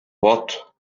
voto